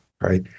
right